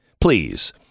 Please